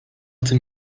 tym